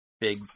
big